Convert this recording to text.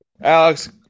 Alex